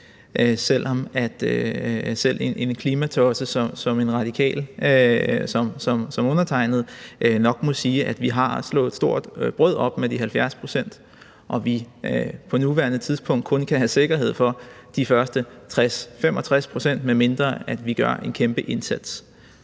selv en klimatosse som en radikal ligesom undertegnede nok må sige, at vi har slået et stort brød op med de 70 pct., og at vi nu kun kan have sikkerhed for de 60-65 pct., medmindre vi gør en kæmpe indsats.